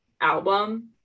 album